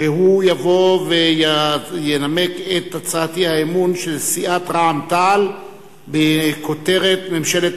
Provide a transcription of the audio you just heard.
שיבוא וינמק את הצעת האי-אמון של סיעת רע"ם-תע"ל בכותרת: ממשלת